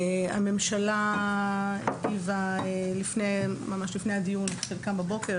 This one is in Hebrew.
הממשלה הגיבה ממש לפני הדיון חלקם בבוקר,